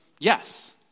Yes